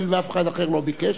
הואיל ואף אחד אחר לא ביקש,